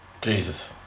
Jesus